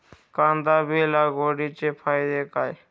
कांदा बी लागवडीचे फायदे काय?